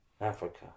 Africa